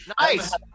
Nice